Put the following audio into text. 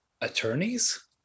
Attorneys